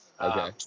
Okay